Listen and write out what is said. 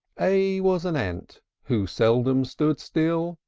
a was an ant who seldom stood still,